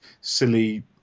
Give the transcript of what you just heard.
silly